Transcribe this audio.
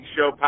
Show